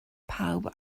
pawb